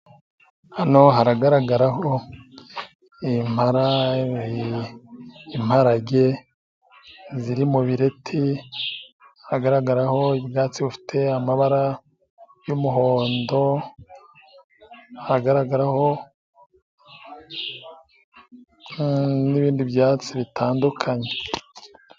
Hano haragaragaraho impara n' imparage ziri mu bireti, hagaragaraho ibyatsi bifite amabara y'umuhondo, hagaragaraho n'ibindi byatsi bitandukanye.